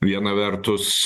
viena vertus